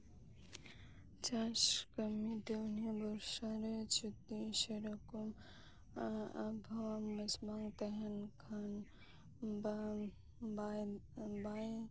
ᱪᱟᱥ ᱠᱟᱢᱤ ᱫᱚ ᱱᱤᱭᱟᱹ ᱵᱚᱨᱥᱟ ᱨᱮ ᱥᱮᱨᱚᱠᱚᱢ ᱟᱵᱚᱦᱟᱣᱟ ᱵᱮᱥ ᱵᱟᱝ ᱛᱟᱦᱮᱸᱱ ᱠᱷᱟᱱ ᱵᱟᱝ ᱵᱟᱭ ᱵᱟᱭ